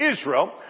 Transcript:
Israel